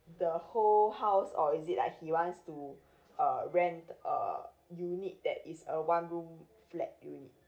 the whole house or is it like he wants to uh rent a unit that is a one room flat unit